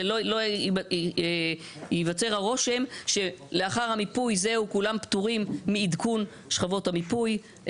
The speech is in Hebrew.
שלא ייוצר הרושם שלאחר המיפוי זהו כולם פטורים מעדכון שכבות המיפוי.